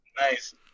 Nice